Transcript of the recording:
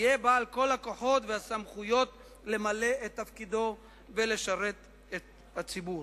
יהיה בעל כל הכוחות והסמכויות למלא את תפקידו ולשרת את הציבור".